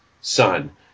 son